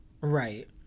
right